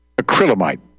acrylamide